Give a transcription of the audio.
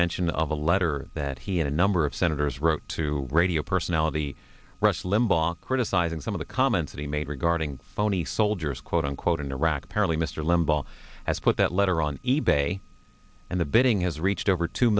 mention of a letter that he and a number of senators wrote to radio personality rush limbaugh criticizing some of the comments that he made regarding phony soldiers quote unquote in iraq apparently mr limbaugh has put that letter on e bay and the bidding has reached over two